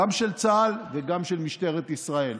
גם של צה"ל וגם של משטרת ישראל.